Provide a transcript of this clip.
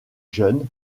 jeunes